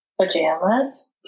Pajamas